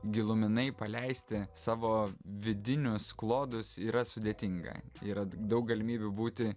giluminai paleisti savo vidinius klodus yra sudėtinga yra daug galimybių būti